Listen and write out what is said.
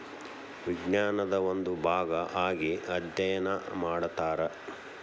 ವಿಜ್ಞಾನದ ಒಂದು ಭಾಗಾ ಆಗಿ ಅದ್ಯಯನಾ ಮಾಡತಾರ